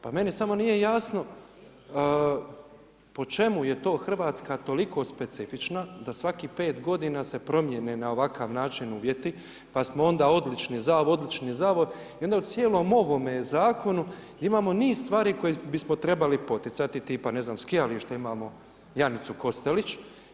Pa meni samo nije jasno po čemu je to Hrvatska toliko specifična da svakih pet godina se promijene na ovakav način uvjeti, pa smo onda odlični za ovo, odlični za ovo i onda u cijelom ovome zakonu imamo niz stvari koje bismo trebali poticati tipa skijališta, imamo Janici Kostelić.